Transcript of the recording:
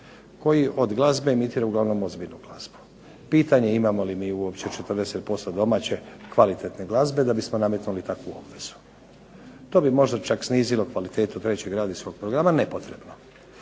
koji od glazbe emitira uglavnom ozbiljnu glazbu. Pitanje je imamo li mi uopće 40% domaće kvalitetne glazbe da bismo nametnuli takvu obvezu. To bi možda čak snizilo kvalitetu trećeg radijskog programa nepotrebno.